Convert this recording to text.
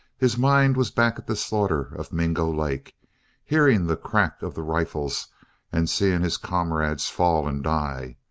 his mind was back at the slaughter of mingo lake hearing the crackle of the rifles and seeing his comrades fall and die.